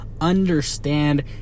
understand